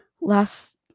Last